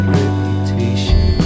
reputation